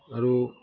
আৰু